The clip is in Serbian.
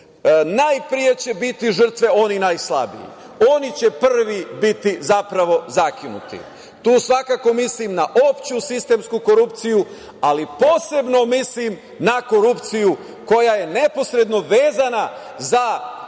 najpre će biti žrtve oni najslabiji, oni će prvi biti zapravo zakinuti. Tu svakako mislim na opštu sistemsku korupciju, ali posebno mislim na korupciju koja je neposredno vezana za